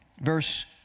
verse